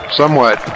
somewhat